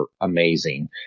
amazing